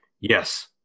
yes